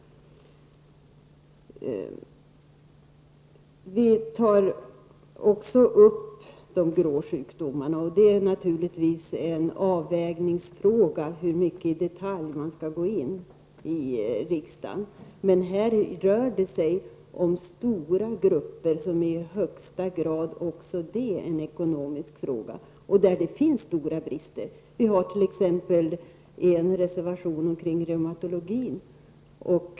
Vi tar också upp de grå sjukdomarna. Det är naturligtvis en avvägningsfråga i hur mycket detaljer riksdagen skall gå in. Men här rör det sig om stora grupper, och även detta är i högsta grad en ekonomisk fråga. Här finns stora brister. Vi har en reservation som rör reumatologin.